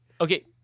Okay